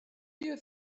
you